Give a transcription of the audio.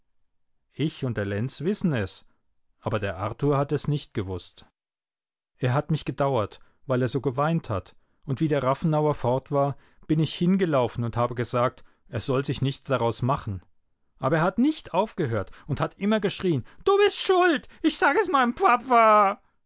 ich und der lenz wissen es aber der arthur hat es nicht gewußt er hat mich gedauert weil er so geweint hat und wie der rafenauer fort war bin ich hingelaufen und habe gesagt er soll sich nichts daraus machen aber er hat nicht aufgehört und hat immer geschrien du bist schuld ich sage es meinem papa